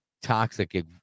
toxic